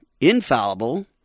infallible